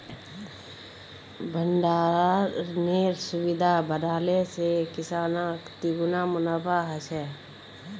भण्डरानेर सुविधा बढ़ाले से किसानक तिगुना मुनाफा ह छे